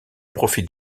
profite